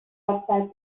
outside